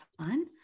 fun